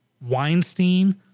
Weinstein